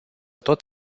tot